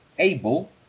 Able